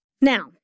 Now